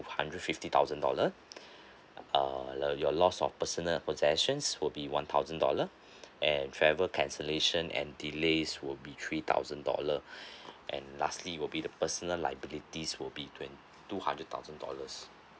hundred fifty thousand dollars uh your your loss of personal possessions will be one thousand dollar and travel cancellation and delays will be three thousand dollar and lastly will be the personal liabilities will be twenty two hundred thousand dollars